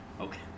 Okay